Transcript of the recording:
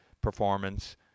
performance